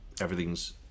everything's